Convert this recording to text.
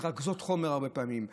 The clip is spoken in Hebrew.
מרכזות חומר הרבה פעמים,